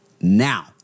Now